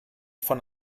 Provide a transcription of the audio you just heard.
von